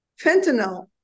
fentanyl